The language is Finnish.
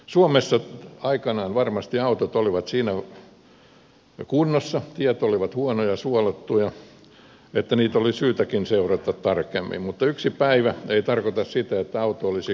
suomessa aikanaan varmasti autot olivat siinä kunnossa tiet olivat huonoja ja suolattuja että niitä oli syytäkin seurata tarkemmin mutta yksi päivä ei tarkoita sitä että auto olisi koko vuoden kunnossa